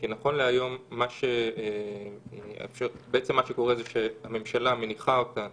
כי נכון להיום מה שקורה הוא שהממשלה מניחה אותן